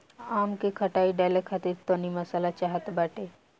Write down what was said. आम के खटाई डाले खातिर तनी मसाला चाहत बाटे